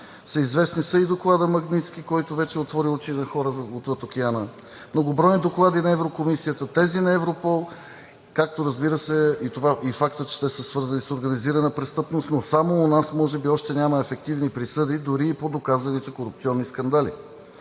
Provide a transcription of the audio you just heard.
Всеизвестен e и Докладът „Магнитски“, който вече отвори очи за хора отвъд океана. Многобройни доклади на Еврокомисията, тези на Европол, както и фактът, че те са свързани с организирана престъпност, но само у нас може би няма ефективни присъди, дори и по доказаните корупционни скандали.